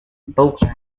booklet